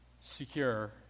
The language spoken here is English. secure